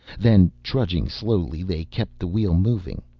then trudging slowly they kept the wheel moving.